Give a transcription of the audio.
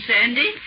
Sandy